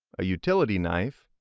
a utility knife,